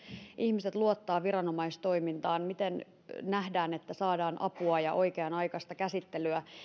ihmiset luottavat viranomaistoimintaan miten nähdään että saadaan apua ja oikea aikaista käsittelyä ja